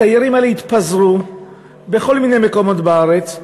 התיירים האלה התפזרו בכל מיני מקומות בארץ.